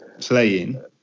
playing